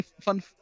Fun